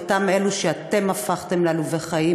מאותם אלה שאתם הפכתם לעלובי חיים,